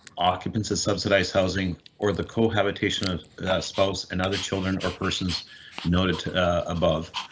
occupancy is subsidized housing or the cohabitation of spouse and other children or persons noted above,